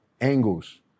angles